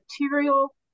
material